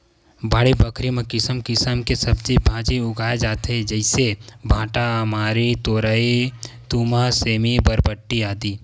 बाड़ी बखरी म किसम किसम के सब्जी भांजी उगाय जाथे जइसे भांटा, अमारी, तोरई, तुमा, सेमी, बरबट्टी, आदि